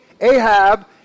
Ahab